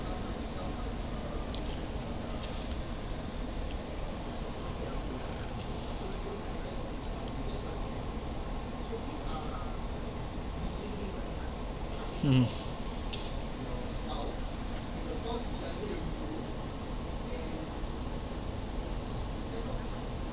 hmm